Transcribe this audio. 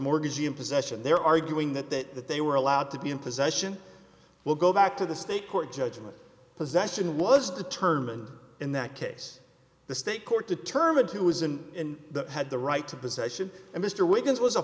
mortgagee in possession they're arguing that that that they were allowed to be in possession will go back to the state court judgment possession was determined in that case the state court determined who was in the had the right to possession and mr wiggins was a